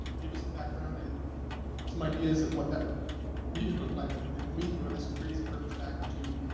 give you some background and some ideas of what that would be and look like, and then when we throw this crazy verbiage back at you,